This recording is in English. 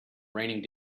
raining